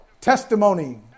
testimony